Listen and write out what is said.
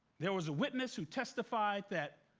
there was a witness who testified that,